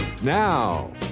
Now